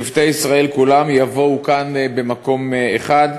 שבטי ישראל כולם, יבואו כאן במקום אחד.